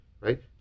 right